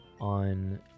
on